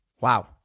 Wow